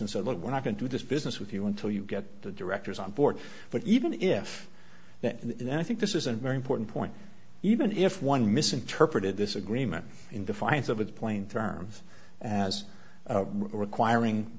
and say look we're not going to this business with you until you get the directors on board but even if and then i think this is a very important point even if one misinterpreted this agreement in defiance of its plain terms as requiring